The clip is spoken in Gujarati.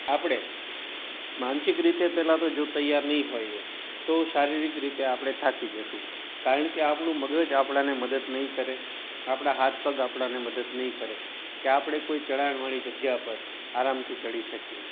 આપણે માનસિક રીતે પહેલાં તો જો તૈયાર નહીં હોઈએ તો શારીરિક રીતે આપણે થાકી જઈશું કારણ કે આપણું મગજ આપણને મદદ નહીં કરે આપણા હાથ પગ આપણને મદદ નહીં કરે કે આપણે કોઈ ચઢાણવાળી જગ્યા પર આરામથી ચઢી શકીએ